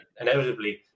inevitably